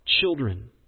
children